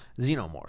xenomorph